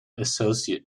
associate